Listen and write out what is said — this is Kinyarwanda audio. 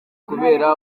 kubera